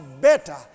better